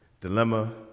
dilemma